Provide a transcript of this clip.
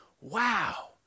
wow